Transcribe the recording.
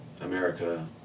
America